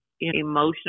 emotional